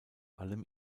allem